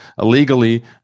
illegally